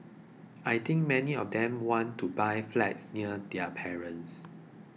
I think many of them want to buy flats near their parents